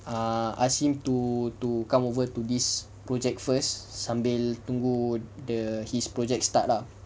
I asked him to to come over to this project first sambil tunggu the his project start lah